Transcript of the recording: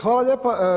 Hvala lijepa.